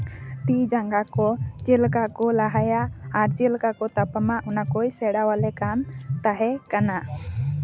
ᱛᱤ ᱡᱟᱸᱜᱟ ᱠᱚ ᱪᱮᱫ ᱠᱟ ᱠᱚ ᱞᱟᱦᱟᱭᱟ ᱟᱨ ᱪᱮᱫ ᱠᱟ ᱠᱚ ᱛᱟᱯᱟᱢᱟ ᱚᱱᱟ ᱠᱚᱭ ᱥᱮᱬᱟ ᱟᱞᱮ ᱠᱟᱱ ᱛᱟᱦᱮᱸ ᱠᱟᱱᱟ